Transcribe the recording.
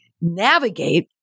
navigate